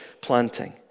planting